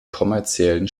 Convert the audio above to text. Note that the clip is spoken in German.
kommerziellen